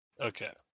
Okay